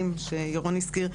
שירון הזכיר,